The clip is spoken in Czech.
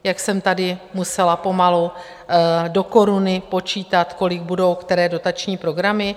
Jak jsem tady musela pomalu do koruny počítat, kolik budou které dotační programy?